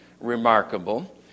remarkable